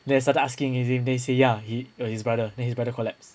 then I started asking him then he said ya he oh his brother then his brother collapsed